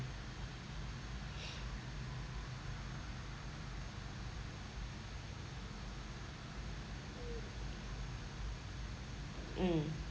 mm